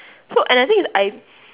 so and the thing is I